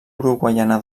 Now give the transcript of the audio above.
uruguaiana